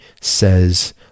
says